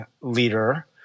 leader